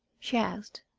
she asked.